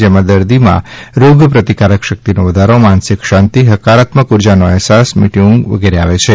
જેનાથી દર્દીમાં રોગપ્રતિકારક શક્તિનો વધારો માનસિક શાંતિ હકારાત્મક ઉર્જાનો અહેસાસ મીઠી ઉંધ આવે છે